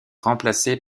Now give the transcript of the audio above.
remplacé